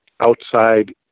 outside